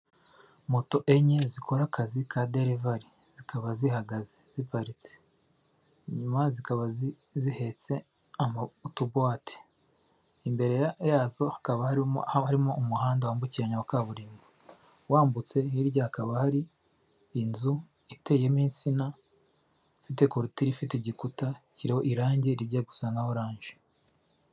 Moto enye zikora akazi ka derivari, zikaba zihagaze ziparitse nyuma zikaba zihetse utubuwate imbere yazo hakaba harimo aho harimo umuhanda wambukiranya wa kaburimbo, wambutse hirya hakaba hari inzu iteyemo insina ifite korutire, ifite igikuta kiriho irangi rijya gusanga nka oranange.